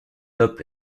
top